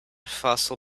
fossil